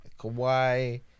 Kawhi